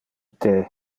the